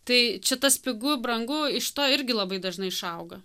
tai čia tas pigu brangu iš to irgi labai dažnai išauga